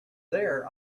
there